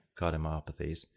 cardiomyopathies